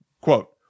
Quote